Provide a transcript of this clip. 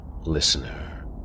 listener